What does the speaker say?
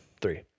Three